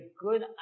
good